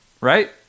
right